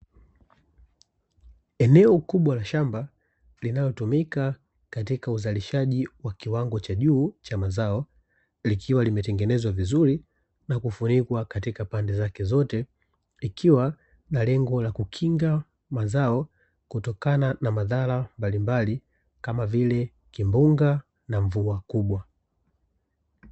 Eneo kubwa la shamba linalotumika katika uzalishaji wa kiwango cha juu cha mazao, likiwa limetengenezwa vizuri na kufunikwa katika pande zake zote, likiwa na lengo la kukinga mazao, kutokana na madhara mbalimbali kama vile kimbunga na mvua kubwa.